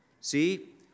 See